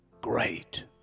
great